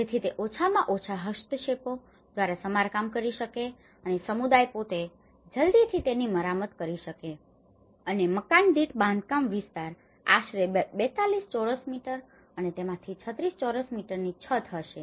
જેથી તે ઓછામાં ઓછા હસ્તક્ષેપો દ્વારા સમારકામ કરી શકે અને સમુદાય પોતે જલ્દીથી તેની મરામત કરી શકે અને મકાન દીઠ બાંધકામ વિસ્તાર આશરે 42 ચોરસ મીટર અને તેમાંથી 36 ચોરસ મીટરની છત હશે